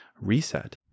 reset